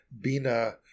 Bina